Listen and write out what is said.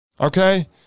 okay